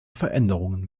veränderungen